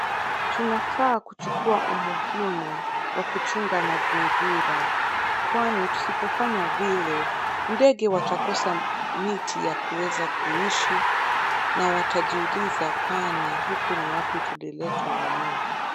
Tunafaa kuchukua umuhimu wa kuchunga mazingira, kwani tusipofanya vile ndege watakosa miti ya kuweza kuishi na watajiuliza kwani huku ni wapi tuliletwa na mungu.